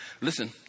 Listen